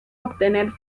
obtener